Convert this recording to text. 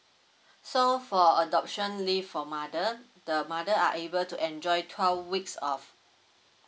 so for adoption leave for mother the mother are able to enjoy twelve weeks of